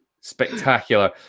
Spectacular